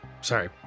Sorry